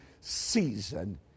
season